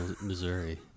Missouri